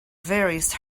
various